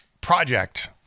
project